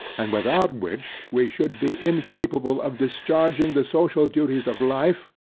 and without which, we should be incapable of discharging the social duties of life,